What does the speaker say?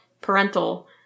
parental